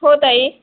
हो ताई